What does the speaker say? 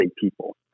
people